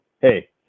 hey